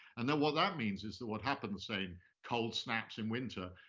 and then what that means is that what happens say in cold snaps in winter,